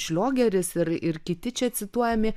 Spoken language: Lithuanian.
šliogeris ir ir kiti čia cituojami